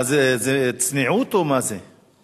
זאת צניעות, או מה זה?